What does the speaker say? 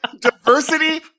diversity